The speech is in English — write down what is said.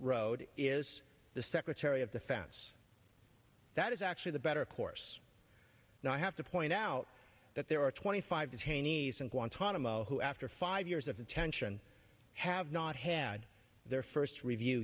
road is the secretary of defense that is actually the better course now i have to point out that there are twenty five detainees in guantanamo who after five years of attention have not had their first review